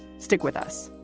stick with us